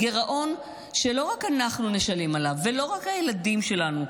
גירעון שלא רק אנחנו נשלם עליו ולא רק הילדים שלנו,